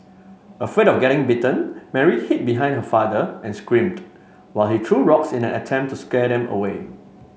afraid of getting bitten Mary hid behind her father and screamed while he threw rocks in an attempt to scare them away